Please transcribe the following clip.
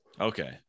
Okay